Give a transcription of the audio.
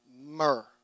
myrrh